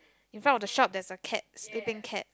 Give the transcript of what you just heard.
in front of the shop there's a cat sleeping cat